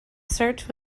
search